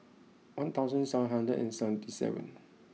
one thousand seven hundred and seventy seven